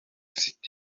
city